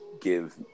give